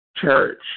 church